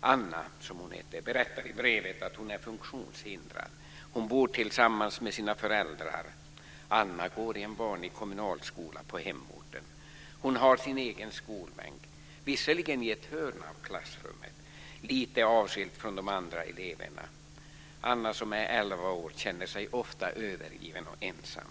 Anna, som hon heter, berättar i brevet att hon är funktionshindrad och bor tillsammans med sina föräldrar. Anna går i en vanlig kommunal skola på hemorten. Hon har sin egen skolbänk, visserligen i ett hörn av klassrummet, lite avskilt från de andra eleverna. Anna, som är elva år, känner sig ofta övergiven och ensam.